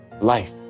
life